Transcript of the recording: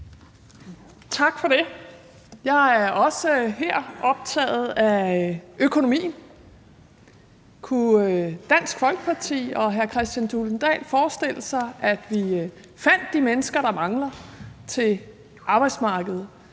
Tak for det. Jeg er også her optaget af økonomien. Kunne Dansk Folkeparti og hr. Kristian Thulesen Dahl forestille sig, at vi fandt de mennesker, der mangler til arbejdsmarkedet?